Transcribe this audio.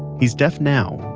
he's deaf now,